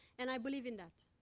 and i believe in that.